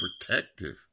protective